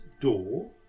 door